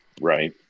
Right